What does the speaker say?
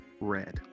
red